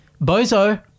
bozo